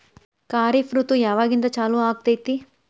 ಖಾರಿಫ್ ಋತು ಯಾವಾಗಿಂದ ಚಾಲು ಆಗ್ತೈತಿ?